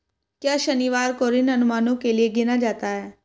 क्या शनिवार को ऋण अनुमानों के लिए गिना जाता है?